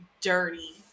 dirty